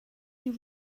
you